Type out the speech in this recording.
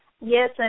Yes